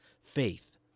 faith